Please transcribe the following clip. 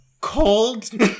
cold